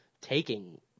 taking